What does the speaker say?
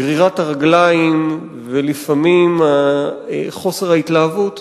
גרירת הרגליים ולפעמים חוסר ההתלהבות,